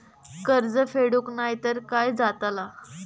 कर्ज फेडूक नाय तर काय जाताला?